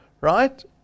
right